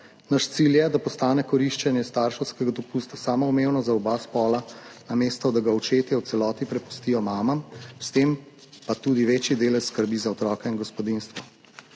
Naš cilj je, da postane koriščenje starševskega dopusta samoumevno za oba spola, namesto da ga očetje v celoti prepustijo mamam, s tem pa tudi večji delež skrbi za otroka in gospodinjstvo.